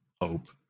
hope